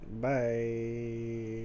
Bye